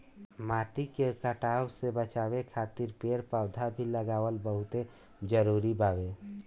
माटी के कटाव से बाचावे खातिर पेड़ पौधा भी लगावल बहुत जरुरी बावे